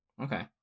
Okay